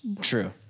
True